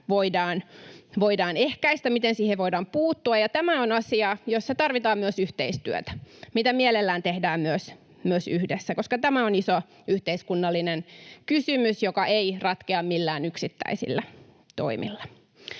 voidaan ehkäistä, miten siihen voidaan puuttua. Ja tämä on asia, jossa tarvitaan myös yhteistyötä, mitä mielellään tehdään myös yhdessä, koska tämä on iso yhteiskunnallinen kysymys, joka ei ratkea millään yksittäisillä toimilla.